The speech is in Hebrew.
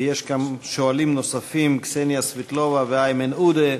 ויש גם שואלים נוספים: קסניה סבטלובה ואיימן עודה.